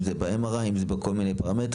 אם זה ב-MRI, אם זה בכל מיני פרמטרים.